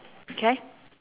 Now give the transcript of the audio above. okay